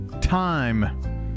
Time